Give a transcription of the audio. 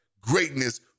greatness